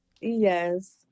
Yes